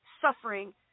suffering